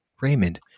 Raymond